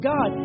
God